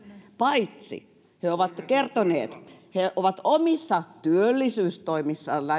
paitsi että he ovat kertoneet he ovat omissa työllisyystoimissaan